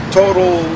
total